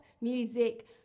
music